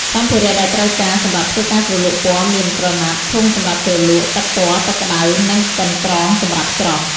សម្ភារៈដែលត្រូវការសម្រាប់ធ្វើការជ្រលក់ពណ៌មាន ក្រណាត់ ធុងសម្រាប់ជ្រលក់ ទឹកពណ៌ ទឹកក្ដៅ និង កន្រង់សម្រាប់ច្រោះ។